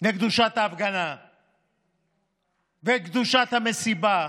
לקדושת ההפגנה וקדושת המסיבה.